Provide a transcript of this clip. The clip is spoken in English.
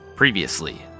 Previously